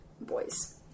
boys